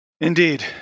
Indeed